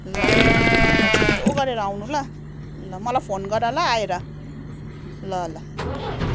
ल ल छिट्टो गरेर आउनु ल मलाई फोन गर ल आएर ल ल